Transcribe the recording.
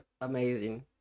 amazing